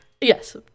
Yes